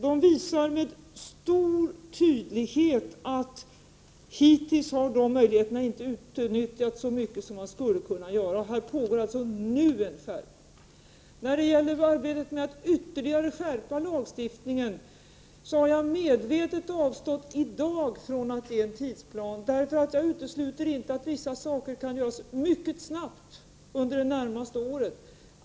De visar med stor tydlighet att man Byer ningar fr mg tala material hittills inte har utnyttjat möjligheterna så mycket som man skulle kunna göra. Där pågår nu som sagt ett arbete. När det gäller arbetet med att ytterligare skärpa lagstiftningen har jag medvetet avstått från att i dag ange en tidsplan på grund av att jag inte utesluter att vissa saker kan göras mycket snabbt under det närmaste året.